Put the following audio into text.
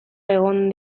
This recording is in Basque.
egon